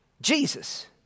Jesus